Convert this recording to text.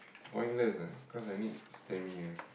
pointless ah cause I need stamina